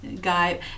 guy